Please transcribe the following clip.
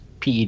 PED